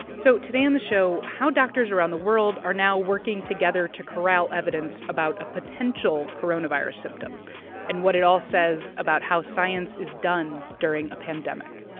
so today on the show, how doctors around the world are now working together to corral evidence about a potential coronavirus symptom and what it all says about how science is done during a pandemic